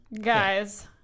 guys